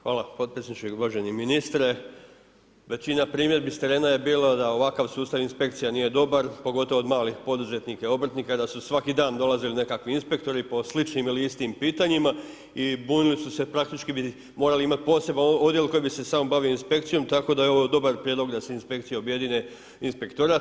Hvala potpredsjedniče, uvaženi ministre, većina primjedbi s terena je bilo da ovakav sustav inspekcija nije dobar pogotovo od malih poduzetnika i obrtnika da su svaki dan dolazili nekakvi inspektori po sličnim ili istim pitanjima i bunili su se praktički bi morali imat poseban odjel koji bi se samo bavio inspekcijom, tako da je ovo dobar prijedlog da se inspekcije objedine inspektorat.